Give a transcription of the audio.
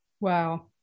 Wow